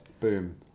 Boom